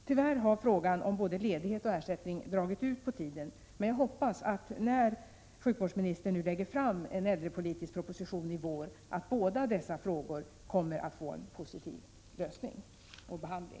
Tyvärr har frågan om både ledighet och ersättning dragit ut på tiden, men jag hoppas att, när sjukvårdsministern lägger fram en äldrepolitisk proposition i vår, båda dessa frågor kommer att få en positiv behandling.